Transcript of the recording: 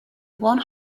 one